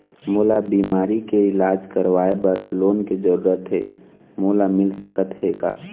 मोला बीमारी के इलाज करवाए बर लोन के जरूरत हे मोला मिल सकत हे का?